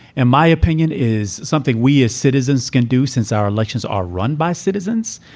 and my opinion, is something we as citizens can do since our elections are run by citizens.